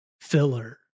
filler